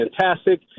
fantastic